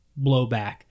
blowback